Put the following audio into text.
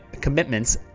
commitments